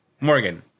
Morgan